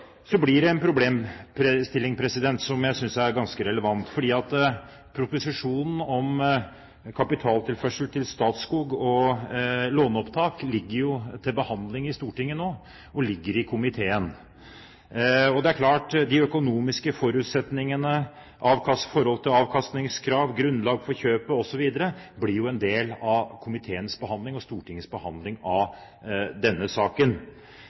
Så blir det en problemstilling som jeg synes er ganske relevant, fordi proposisjonen om kapitaltilførsel til Statskog og låneopptak ligger til behandling i Stortinget nå – den ligger i komiteen. Det er klart at de økonomiske forutsetningene i forhold til avkastningskrav, grunnlag for kjøpet osv., blir en del av komiteens behandling og Stortingets behandling av denne saken.